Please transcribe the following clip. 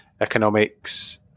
economics